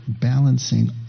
balancing